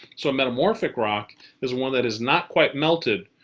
so, a metamorphic rock is one that is not quite melted,